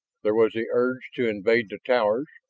there was the urge to invade the towers,